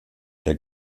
der